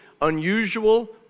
unusual